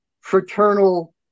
fraternal